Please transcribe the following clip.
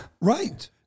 Right